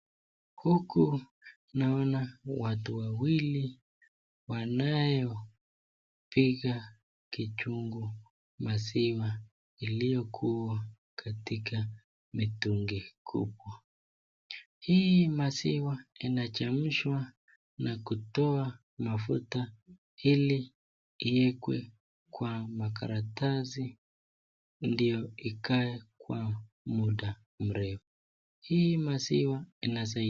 Huku naona watu wawili wanayo piga kichungu maziwa iliyokuwa katika mitungi mikubwa. Hii maziwa inachemshwa na kutoa mafuta ili iwekwe kwa makaratasi ndio ikae kwa muda mrefu. Hii maziwa inasaidia